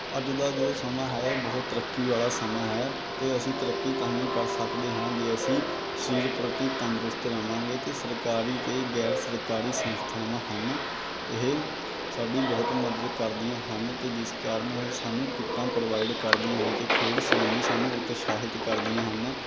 ਅੱਜ ਦਾ ਜੋ ਸਮਾਂ ਹੈ ਬਹੁਤ ਤਰੱਕੀ ਵਾਲਾ ਸਮਾਂ ਹੈ ਅਤੇ ਅਸੀਂ ਤਰੱਕੀ ਤਾਂਹੀਓ ਕਰ ਸਕਦੇ ਹਾਂ ਜੇ ਅਸੀਂ ਸਰੀਰ ਪ੍ਰਤੀ ਤੰਦਰੁਸਤ ਰਹਾਂਗੇ ਅਤੇ ਸਰਕਾਰੀ ਅਤੇ ਗੈਰ ਸਰਕਾਰੀ ਸੰਸਥਾਵਾਂ ਹਨ ਇਹ ਸਾਡੀ ਬਹੁਤ ਮਦਦ ਕਰਦੀਆਂ ਹਨ ਅਤੇ ਜਿਸ ਕਾਰਨ ਇਹ ਸਾਨੂੰ ਕਿੱਟਾਂ ਪ੍ਰੋਵਾਈਡ ਕਰਦੀਆਂ ਹਨ ਅਤੇ ਖੇਡ ਸੰਬੰਧੀ ਸਾਨੂੰ ਉਤਸ਼ਾਹਿਤ ਕਰਦੀਆਂ ਹਨ